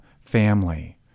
family